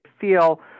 feel